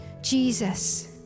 Jesus